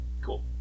cool